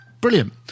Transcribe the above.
brilliant